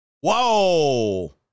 Whoa